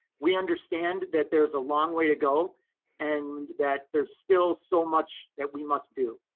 we understand that there's a long way to go and that there's still so much that we must do.